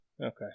Okay